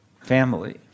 family